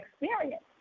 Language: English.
experience